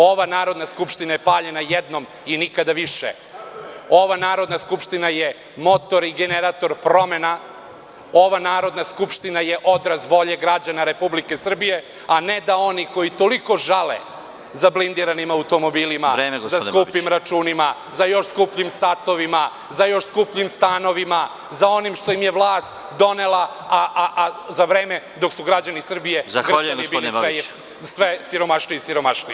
Ova Narodna skupština je paljena jednom i nikada više, ova Narodna skupština je motor i generator promena, ova Narodna skupština je odraz volje građana Republike Srbije, a ne da oni koji toliko žale za blindiranim automobilima, za skupim računima, za još skupljim satovima, za još skupljim stanovima, za onim što im je vlast donela, a za vreme dok su građani Srbije grcali i bili sve siromašniji i siromašniji.